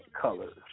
colors